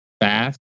fast